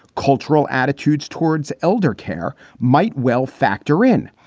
cultural attitudes towards elder care might well factor in,